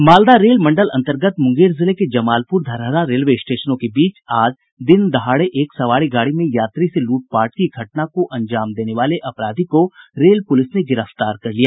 Malda rail मंडल अन्तर्गत मुंगेर जिले के जमालपुर धरहरा रेलवे स्टेशनों के बीच आज दिन दहाड़े एक सवारी गाड़ी में यात्री से लूटपाट की घटना को अंजाम देने वाले अपराधी को रेल पुलिस ने गिरफ्तार कर लिया